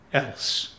else